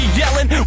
yelling